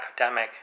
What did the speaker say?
academic